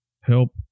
help